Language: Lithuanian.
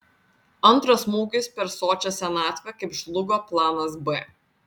antras smūgis per sočią senatvę kaip žlugo planas b